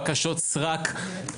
בקשות סרק.